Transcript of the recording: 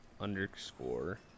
underscore